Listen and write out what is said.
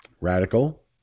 Radical